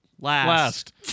Last